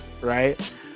right